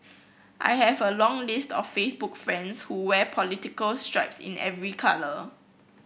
I have a long list of Facebook friends who wear political stripes in every colour